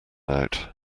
out